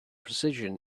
precision